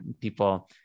people